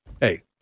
hey